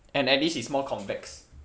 and at least it's more convexed